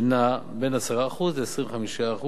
שנע בין 10% ל-25%,